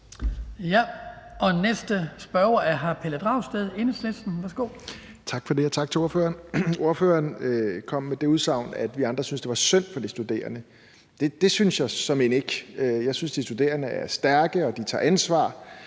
Værsgo. Kl. 16:58 Pelle Dragsted (EL): Tak for det, og tak til ordføreren. Ordføreren kom med det udsagn, at vi andre syntes, det var synd for de studerende. Det synes jeg såmænd ikke. Jeg synes, de studerende er stærke, og at de tager ansvar.